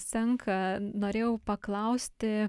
senka norėjau paklausti